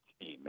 team